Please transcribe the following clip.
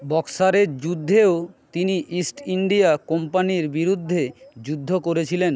বক্সারের যুদ্ধেও তিনি East India কোম্পানির বিরুদ্ধে যুদ্ধ করেছিলেন